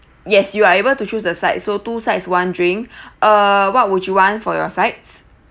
yes you are able to choose the sides so two sides one drink uh what would you want for your sides